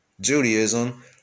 Judaism